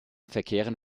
verkehren